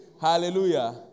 Hallelujah